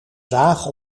zaag